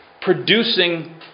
producing